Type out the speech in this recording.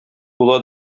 була